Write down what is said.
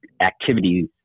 activities